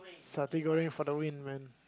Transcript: satay Goreng for the win man